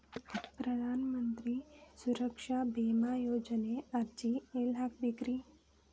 ಪ್ರಧಾನ ಮಂತ್ರಿ ಸುರಕ್ಷಾ ಭೇಮಾ ಯೋಜನೆ ಅರ್ಜಿ ಎಲ್ಲಿ ಹಾಕಬೇಕ್ರಿ?